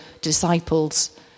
disciples